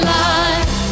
life